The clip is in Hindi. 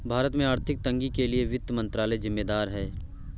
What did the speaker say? भारत में आर्थिक तंगी के लिए वित्त मंत्रालय ज़िम्मेदार है